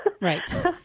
Right